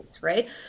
Right